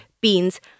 Beans